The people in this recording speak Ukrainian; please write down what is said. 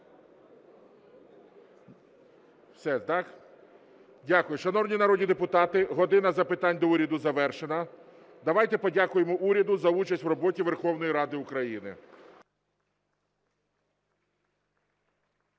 Дякую. Шановні народні депутати, "година запитань до Уряду" завершена. Давайте подякуємо уряду за участь в роботі Верховної Ради України.